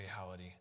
reality